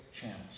channels